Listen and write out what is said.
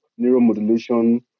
neuromodulation